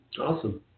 Awesome